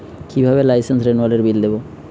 কিভাবে লাইসেন্স রেনুয়ালের বিল দেবো?